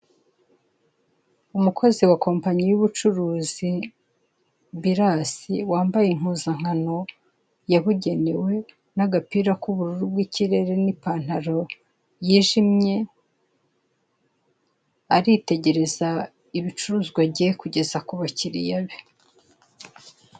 Umukozi wa kompanyi y'ubucuruzi Biras wambaye impuzankano yabugenewe n'agapira k'ubururu bw'ikirere n'ipantaro yijimye, aritegereza ibicuruzwa agiye kugeza ku bakiriya be.